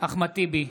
אחמד טיבי,